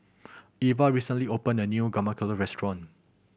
Iva recently opened a new Guacamole Restaurant